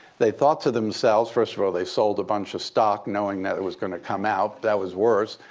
they thought to themselves first of all, they sold a bunch of stock knowing that it was going to come out. that was worse.